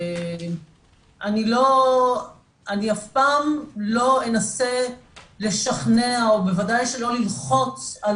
אני אף פעם לא אנסה לשכנע או בוודאי שלא ללחוץ על